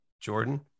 Jordan